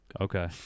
Okay